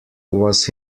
was